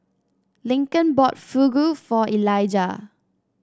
Lincoln bought Fugu for Eliga